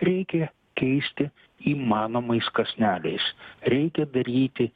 reikia keisti įmanomais kąsneliais reikia daryti